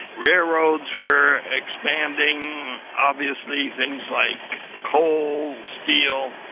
railroads were expanding. obviously things like coal, steel.